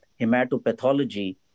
hematopathology